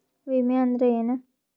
ವಿಮೆ ಅಂದ್ರೆ ಏನ?